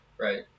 Right